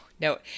no